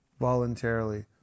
voluntarily